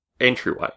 entryway